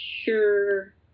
sure